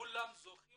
כולם זוכים